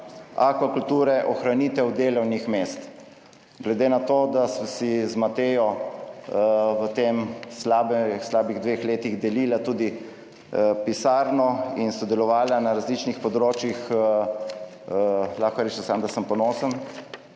akvakulture, ohranitev delovnih mest. Glede na to, da sem si z Matejo v tem slabem, slabih dveh letih delila tudi pisarno in sodelovala na različnih področjih, lahko rečem samo, da sem ponosen,